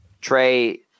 Trey